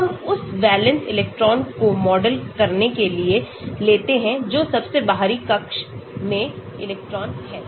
तो हम उस वैलेंस इलेक्ट्रॉनों को मॉडल करने के लिए लेते हैं जो सबसे बाहरी कक्ष में इलेक्ट्रॉन है